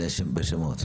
בשמות.